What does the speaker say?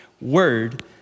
word